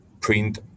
print